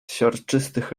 siarczystych